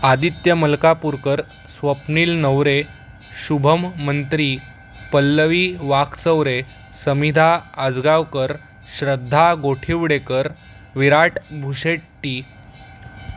Aditya Malkapurkar Swapnil Navare Shubham Mantri Pallavi Wakchaware Samidha Ajgaonkar Shraddha Gothivdekar Virat Bhushetty